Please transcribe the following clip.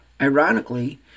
Ironically